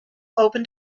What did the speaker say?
opened